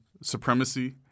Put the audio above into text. supremacy